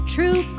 True